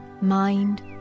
mind